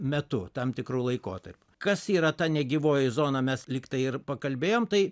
metu tam tikru laikotarpiu kas yra ta negyvoji zona mes lygtai ir pakalbėjom tai